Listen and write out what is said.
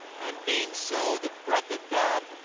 and being so, the breath of god,